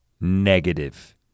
negative